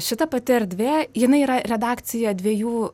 šita pati erdvė jinai yra redakcija dviejų